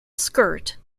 skirt